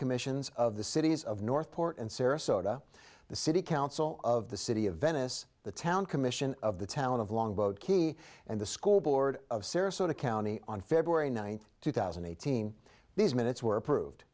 commissions of the cities of north port and sarasota the city council of the city of venice the town commission of the town of longboat key and the school board of sarasota county on february ninth two thousand and eighteen these minutes were approved